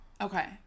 Okay